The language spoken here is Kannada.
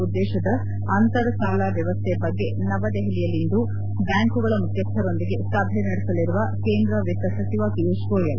ಉದ್ದೇಶದ ಅಂತರ ಸಾಲ ವ್ಯವಸ್ಥೆ ಬಗ್ಗೆ ನವದೆಹಲಿಯಲ್ಲಿಂದು ಬ್ಯಾಂಕುಗಳ ಮುಖ್ಯಸ್ಥರೊಂದಿಗೆ ಸಭೆ ನಡೆಸಲಿರುವ ಕೇಂದ್ರ ವಿತ್ತ ಸಚಿವ ಪಿಯೂಷ್ ಗೋಯಲ್